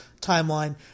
timeline